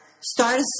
start